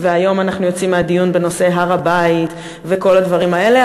והיום אנחנו יוצאים מהדיון בנושא הר-הבית וכל הדברים האלה.